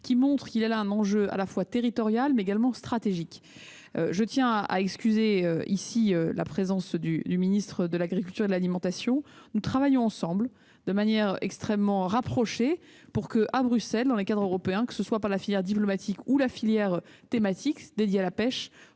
qui montrent qu'il y a là un enjeu à la fois territorial et stratégique. Je tiens à excuser l'absence ce matin du ministre de l'agriculture et de l'alimentation ; nous travaillons ensemble, de manière extrêmement rapprochée, pour que, à Bruxelles, dans les cadres européens, que ce soit par le biais de la filière diplomatique ou de la filière thématique de la pêche,